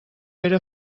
era